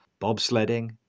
bobsledding